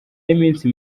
y’iminsi